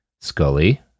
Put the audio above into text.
Scully